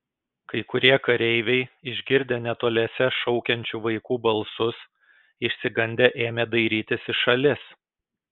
kai kurie kareiviai išgirdę netoliese šaukiančių vaikų balsus išsigandę ėmė dairytis į šalis